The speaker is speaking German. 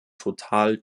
total